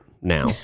now